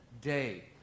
day